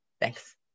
thanks